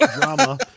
drama